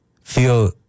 feel